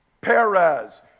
Perez